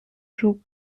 joue